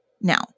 Now